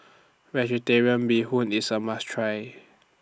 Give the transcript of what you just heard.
Vegetarian Bee Hoon IS A must Try